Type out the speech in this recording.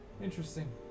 Interesting